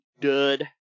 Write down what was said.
dud